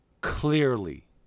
clearly